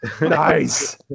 Nice